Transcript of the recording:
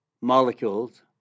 molecules